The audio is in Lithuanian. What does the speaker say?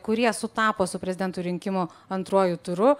kurie sutapo su prezidento rinkimų antruoju turu